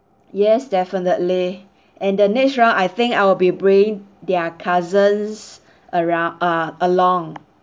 yes definitely and the next round I think I will be bringing their cousins around ah along